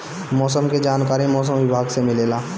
मौसम के जानकारी मौसम विभाग से मिलेला?